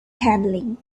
handling